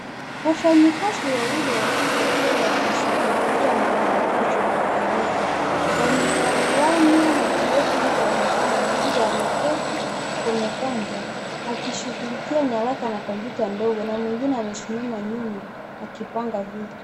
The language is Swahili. Wafanyikazi wawili wa ofisi wakiwa wanashughulikia makaratasi na komputa. Wamegawanywa na kioo kinachoonekana. Mmoja ameketi kwenye kaunta akishughulikia nyaraka na komputa ndogo na mwingine amesimama nyuma akipanga vitu.